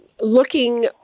looking